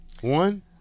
One